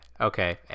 okay